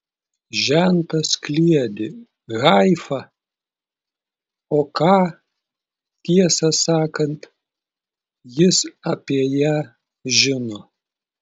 žentas kliedi haifa o ką tiesą sakant jis apie ją žino